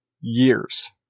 years